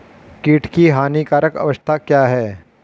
कीट की हानिकारक अवस्था क्या है?